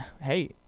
hey